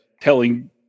telling